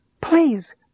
Please